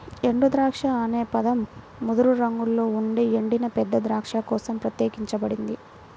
ఎండుద్రాక్ష అనే పదం ముదురు రంగులో ఉండే ఎండిన పెద్ద ద్రాక్ష కోసం ప్రత్యేకించబడింది